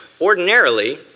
ordinarily